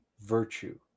virtue